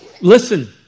Listen